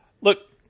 Look